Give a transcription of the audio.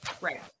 Right